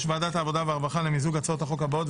ועדת העבודה והרווחה למיזוג הצעות החוק הבאות,